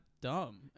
dumb